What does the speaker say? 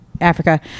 Africa